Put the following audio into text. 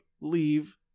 leave